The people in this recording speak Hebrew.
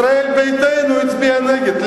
ישראל ביתנו הצביעה נגד.